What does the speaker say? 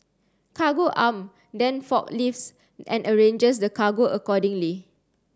Cargo Arm then forklifts and arranges the cargo accordingly